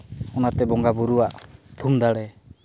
ᱚᱱᱟᱛᱮ ᱵᱚᱸᱜᱟᱼᱵᱩᱨᱩᱣᱟᱜ ᱛᱷᱩᱢ ᱫᱟᱲᱮ